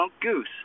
Goose